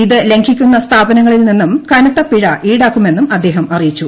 ഇത്ലംഘിക്കുന്ന സ്ഥാപനങ്ങളിൽ നിന്നുംകനത്ത പിഴഈടാക്കുമെന്നുംഅദ്ദേഹംഅറിയിച്ചു